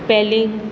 પૅલિંગ